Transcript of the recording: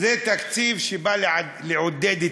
זה תקציב שבא לעודד צמיחה,